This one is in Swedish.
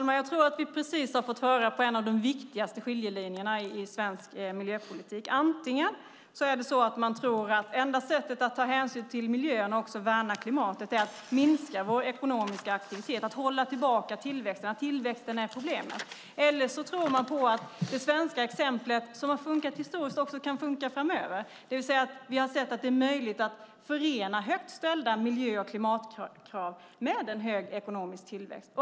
Herr talman! Vi har precis fått höra en av de viktigaste skiljelinjerna i svensk miljöpolitik. Antingen är det så att man tror att enda sättet att ta hänsyn till miljön och också värna klimatet är att minska vår ekonomiska aktivitet, hålla tillbaka tillväxten, och att tillväxten är problemet. Eller så tror man på att det svenska exemplet som har fungerat historiskt också kan fungera framöver. Vi har sett att det är möjligt att förena högt ställda miljö och klimatkrav med en hög ekonomisk tillväxt.